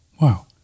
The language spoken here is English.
Wow